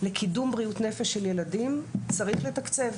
לקידום בריאות נפש של ילדים צריך לתקצב,